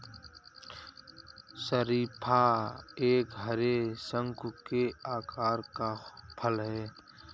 शरीफा एक हरे, शंकु के आकार का फल है